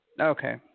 okay